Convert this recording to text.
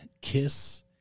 KISS